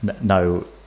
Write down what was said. no